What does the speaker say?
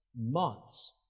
months